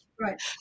Right